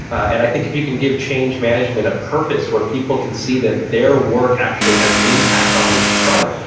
and i think if you can give change management a purpose where people can see that their work actually has an impact on this front,